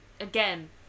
again